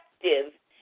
effective